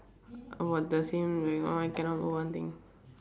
about the same I cannot go on thing